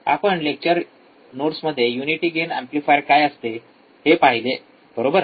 आपण lecture notes मध्ये unity gain amplifier काय असते हे पाहिले बरोबर